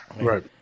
Right